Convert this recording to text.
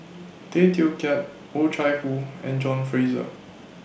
Tay Teow Kiat Oh Chai Hoo and John Fraser